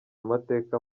amateka